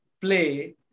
play